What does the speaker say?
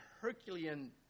Herculean